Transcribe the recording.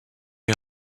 est